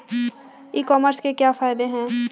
ई commerce के क्या फायदे हैं?